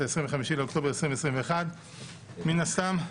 25 באוקטובר 2021. מין הסתם,